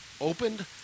opened